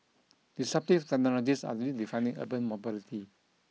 disruptive technologies are redefining urban mobility